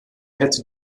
hätte